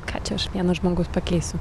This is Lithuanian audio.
ką čia aš vienas žmogus pakeisiu